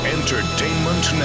Entertainment